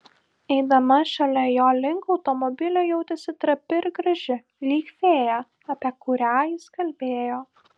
eidama šalia jo link automobilio jautėsi trapi ir graži lyg fėja apie kurią jis kalbėjo